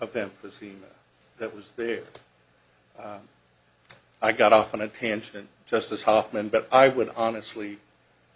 of empathy that was there i got off on a tangent just as hofmann but i would honestly